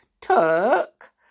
took